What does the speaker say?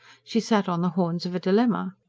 she sat on the horns of a dilemma.